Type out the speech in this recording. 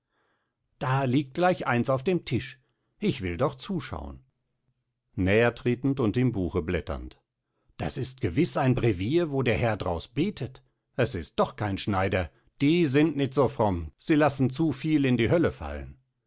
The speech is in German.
da liegt gleich eins auf dem tisch ich will doch zuschauen näher tretend und im buche blätternd das ist gewiss ein brevier wo der herr draus betet es ist doch kein schneider die sind nit so fromm sie laßen zu viel in die hölle fallen